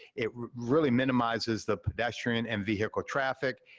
it really minimizes the pedestrian and vehicle traffic,